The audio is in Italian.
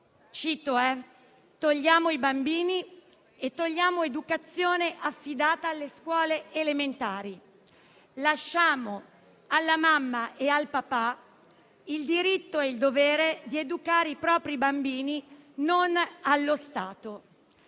«Togliamo i bambini e togliamo l'educazione affidata alle scuole elementari: lasciamo alla mamma e al papà il diritto e il dovere di educare i propri bambini, non allo Stato».